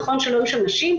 נכון שלא היו שם נשים,